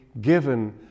given